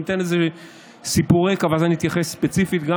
אני אתן איזה סיפור רקע ואז אני אתייחס ספציפית גם